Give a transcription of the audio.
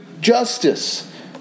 justice